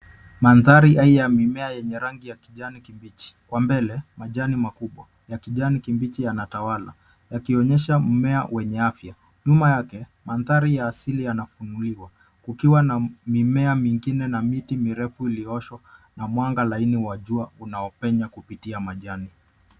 Mandhari hai ya mimea yenye rangi ya kijani kibichi. Kwa mbele, majani makubwa ya kijani kibichi yanatawala yakionyesha mmea wenye afya. Nyuma yake, mandhari ya asili yanafunuliwa kukiwa na mimea mingine na miti mirefu iliowashwa na mwanga laini wa jua unaopenya kupitia majani.